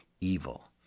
evil